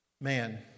man